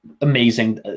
amazing